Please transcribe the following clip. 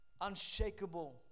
unshakable